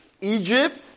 Egypt